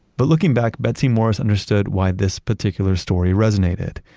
but looking back, betsy morris understood why this particular story resonated.